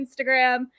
Instagram